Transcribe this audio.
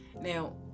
Now